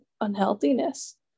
unhealthiness